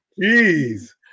Jeez